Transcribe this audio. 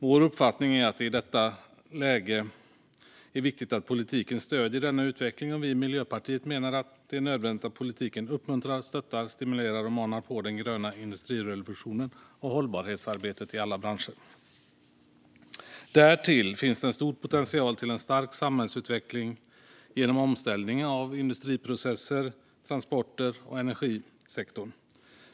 Vår uppfattning är att det i detta läge är viktigt att politiken stöder denna utveckling. Miljöpartiet menar att det är nödvändigt att politiken uppmuntrar, stöttar, stimulerar och manar på den gröna industrirevolutionen och hållbarhetsarbetet i alla branscher. Därtill finns det stor potential för en stark samhällsutveckling genom omställningen av industriprocesser, transporter och energisektorn.